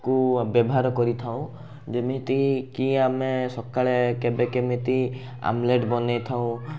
କୁ ବ୍ୟବହାର କରିଥାଉ ଯେମିତିକି ଆମେ ସକାଳେ କେବେ କେମିତି ଆମ୍ଲେଟ୍ ବନେଇଥାଉ